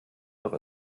doch